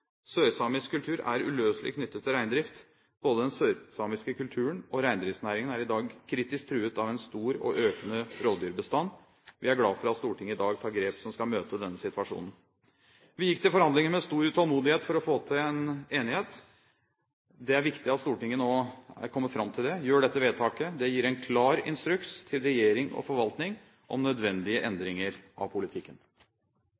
Sørsamisk kultur er uløselig knyttet til reindrift. Både den sørsamiske kulturen og reindriftsnæringen er i dag kritisk truet av en stor og økende rovdyrbestand. Vi er glad for at Stortinget i dag tar grep som skal møte denne situasjonen. Vi gikk til forhandlinger med stor utålmodighet for å få til en enighet. Det er viktig at Stortinget nå er kommet fram til det – gjør dette vedtaket. Det gir en klar instruks til regjering og forvaltning om nødvendige